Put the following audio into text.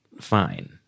fine